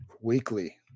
weekly